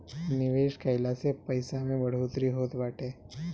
निवेश कइला से पईसा में बढ़ोतरी होत बाटे